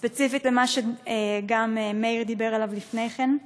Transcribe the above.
ספציפית למה שגם מאיר דיבר עליו לפני כן,